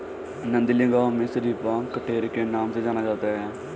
नंदेली गांव में शरीफा कठेर के नाम से जाना जाता है